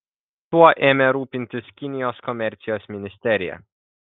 tuo ėmė rūpintis kinijos komercijos ministerija